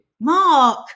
Mark